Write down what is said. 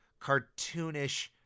cartoonish